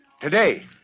Today